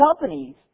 companies